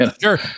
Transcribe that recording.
sure